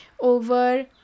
Over